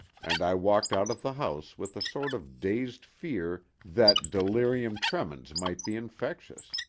and i walked out of the house with a sort of dazed fear that delirium tremens might be infectious.